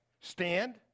stand